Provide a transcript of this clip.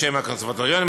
הקונסרבטוריונים,